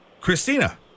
Christina